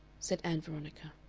said ann veronica.